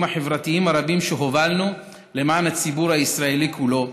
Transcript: החברתיים הרבים שהובלנו למען הציבור הישראלי כולו.